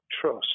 trust